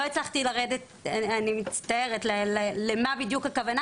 לא הצלחתי לרדת אני מצטערת למה בדיוק הכוונה.